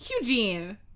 Eugene